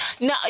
No